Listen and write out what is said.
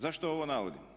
Zašto ovo navodim?